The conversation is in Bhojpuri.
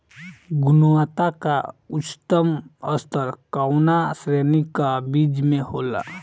गुणवत्ता क उच्चतम स्तर कउना श्रेणी क बीज मे होला?